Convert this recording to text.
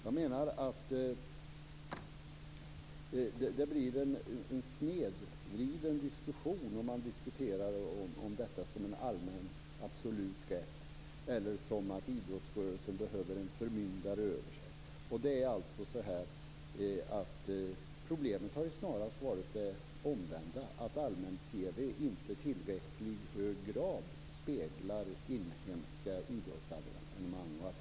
Jag menar att det blir en snedvriden debatt när man diskuterar detta som en allmän absolut rätt eller som om idrottsrörelsen behöver en förmyndare över sig. Problemet har snarast varit det omvända: att allmän-TV inte i tillräckligt hög grad speglar inhemska idrottsarrangemang.